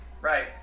Right